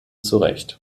zurecht